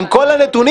עם כל הנתונים,